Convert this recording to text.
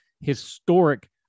historic